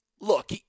look